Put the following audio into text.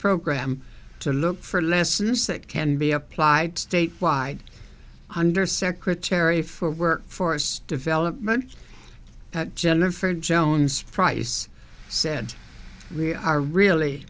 program to look for lessons that can be applied statewide undersecretary for workforce development at jennifer jones price said we are really